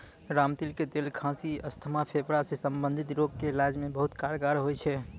रामतिल के तेल खांसी, अस्थमा, फेफड़ा सॅ संबंधित रोग के इलाज मॅ बहुत कारगर होय छै